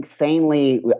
insanely